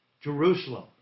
Jerusalem